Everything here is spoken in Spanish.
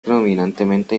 predominantemente